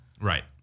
Right